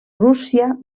rússia